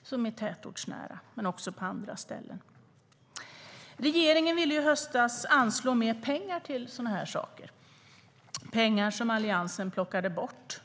och som är tätortsnära, men också på andra ställen. Regeringen ville i höstas anslå mer pengar till sådana här saker. Det var pengar som Alliansen plockade bort.